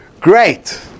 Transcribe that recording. great